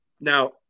Now